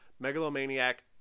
Megalomaniac